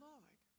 Lord